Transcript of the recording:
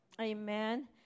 Amen